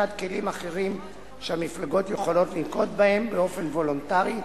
בצד כלים אחרים שהמפלגות יכולות לנקוט באופן וולונטרי,